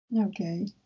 Okay